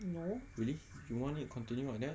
no